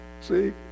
See